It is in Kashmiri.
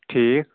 ٹھیٖک